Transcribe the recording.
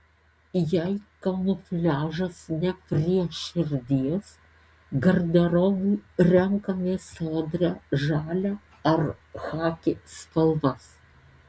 jei kamufliažas ne prie širdies garderobui renkamės sodrią žalią ar chaki spalvas